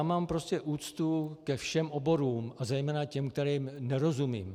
Mám prostě úctu ke všem oborům a zejména těm, kterým nerozumím.